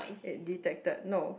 it detected no